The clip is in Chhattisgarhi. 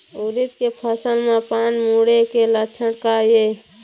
उरीद के फसल म पान मुड़े के लक्षण का ये?